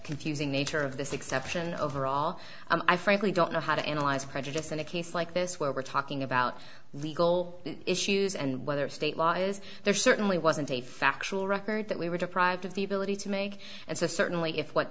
confusing nature of this exception overall i frankly don't know how to analyze prejudice in a case like this where we're talking about legal issues and whether state law is there certainly wasn't a factual record that we were deprived of the ability to make as a certainly if what